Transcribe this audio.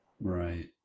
Right